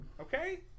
Okay